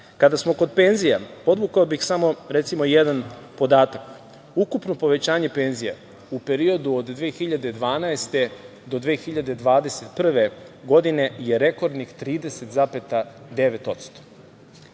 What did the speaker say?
smo kod penzija, podvukao bih samo jedan podatak. Ukupno povećanje penzija u periodu od 2012. do 2021. godine je rekordnih 30,9%.